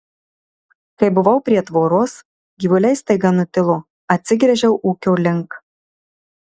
kai buvau prie tvoros gyvuliai staiga nutilo atsigręžiau ūkio link